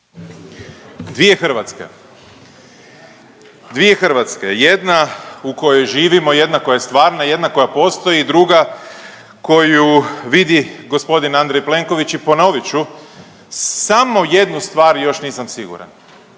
Dvije Hrvatske, jedna u kojoj živimo, jedna koja je stvarna, jedna koja postoji i druga koju vidi g. Andrej Plenković i ponovit ću, samo jednu stvar još nisam siguran.